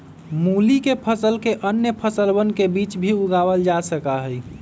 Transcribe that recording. मूली के फसल के अन्य फसलवन के बीच भी उगावल जा सका हई